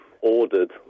ordered